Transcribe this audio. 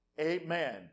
Amen